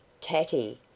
Tatty